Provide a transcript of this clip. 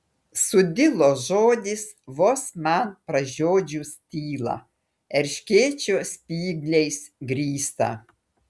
sudilo žodis vos man pražiodžius tylą erškėčio spygliais grįstą